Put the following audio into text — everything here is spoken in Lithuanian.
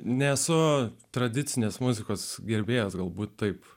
nesu tradicinės muzikos gerbėjas galbūt taip